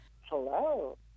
Hello